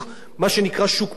זה פשוט לא עובד.